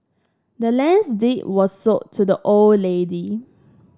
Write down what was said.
the land's deed was sold to the old lady